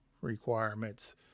requirements